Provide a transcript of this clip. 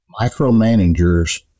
micromanagers